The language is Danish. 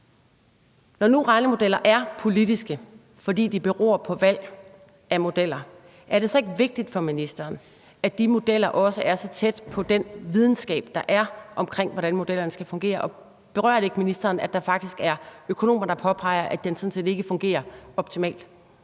Når nu regnemodeller er politiske, fordi de beror på valg af modeller, er det så ikke vigtigt for ministeren, at de modeller også er så tæt på den videnskab, der er, omkring, hvordan modellerne skal fungere, og berører det ikke ministeren, at der faktisk er økonomer, der påpeger, at den sådan set ikke fungerer optimalt?